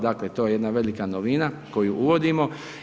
Dakle to je jedna velika novina koju uvodimo.